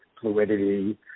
fluidity